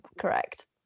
Correct